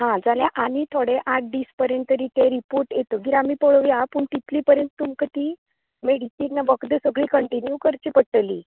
हां जाल्यार आनी थोडे आठ दीस पर्यत रिपोट येतकीर पळोवया पूण तितलें पर्यत तीं तुमका तीं मेडीसिनाची वखदां सगळीं कंटिन्यू करची पटलीं